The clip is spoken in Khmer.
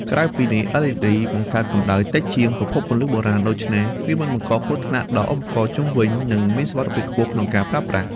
បន្ថែមពីនេះLED មានEDទំហំតូច និងអាចបត់បែនបាន ដែលធ្វើឲ្យវាសមស្របសម្រាប់ការរចនាអេក្រង់ស្ពឹក ឬអេក្រង់បត់បាន និងឧបករណ៍បច្ចេកវិទ្យាទំនើបផ្សេងៗ។